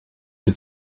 die